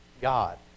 God